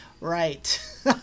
Right